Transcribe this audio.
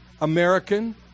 American